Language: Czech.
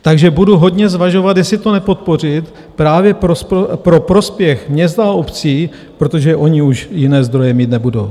Takže budu hodně zvažovat, jestli to nepodpořit právě pro prospěch měst a obcí, protože ony už jiné zdroje mít nebudou.